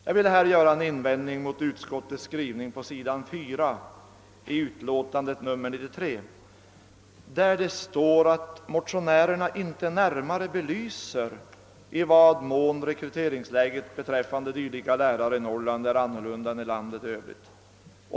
Jag ville här göra en invändning mot utskottets skrivning på s. 4 i utlåtande nr 93, där det står, att motionärerna inte närmare belyser i vad mån rekryteringsläget beträffande dylika lärare i Norrland är annorlunda än i landet i övrigt.